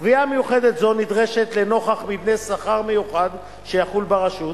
קביעה מיוחדת זו נדרשת לנוכח מבנה שכר מיוחד שיחול ברשות,